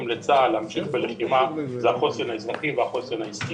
לצה"ל להמשיך בלחימה זה החוסן האזרחי והחוסן העסקי.